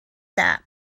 that